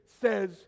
says